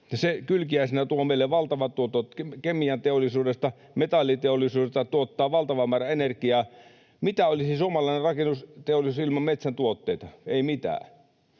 Se kylkiäisenä tuo meille valtavat tuotot kemianteollisuudesta, metalliteollisuudesta ja tuottaa valtavan määrä energiaa. Mitä olisi suomalainen rakennusteollisuus ilman metsän tuotteita? Ei mitään.